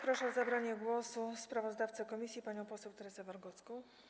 Proszę o zabranie głosu sprawozdawcę komisji panią poseł Teresę Wargocką.